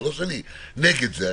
זה לא שאני נגד זה,